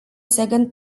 second